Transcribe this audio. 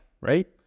right